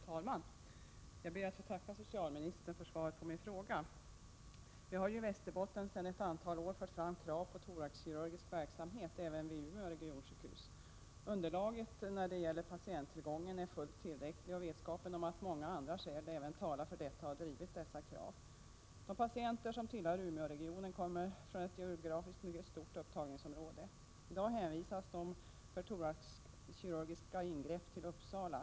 Herr talman! Jag ber att få tacka socialministern för svaret på min fråga. Vi har i Västerbotten sedan ett antal år fört fram krav på thoraxkirurgisk verksamhet även vid Umeå regionsjukhus. Underlaget när det gäller patienttillgången är fullt tillräckligt, och vetskapen om att även många andra skäl talar för sådan verksamhet har gjort att vi har drivit detta krav. De patienter som tillhör Umeåregionen kommer från ett geografiskt mycket stort upptagningsområde. I dag hänvisas de för thoraxkirurgiska ingrepp till Uppsala.